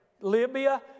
Libya